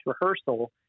rehearsal